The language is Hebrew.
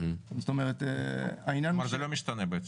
זאת אומרת העניין הוא --- כלומר זה לא משתנה בעצם?